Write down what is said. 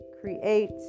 create